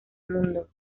mundo